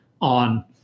on